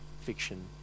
fiction